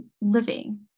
living